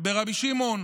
ברבי שמעון